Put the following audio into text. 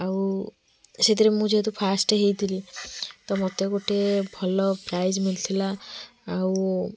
ଆଉ ସେଥିରେ ମୁଁ ଯେହେତୁ ଫାଷ୍ଟ୍ ହେଇଥିଲି ତ ମୋତେ ଗୋଟେ ଭଲ ପ୍ରାଇଜ୍ ମିଳିଥିଲା ଆଉ